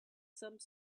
some